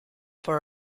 for